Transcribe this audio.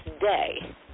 Day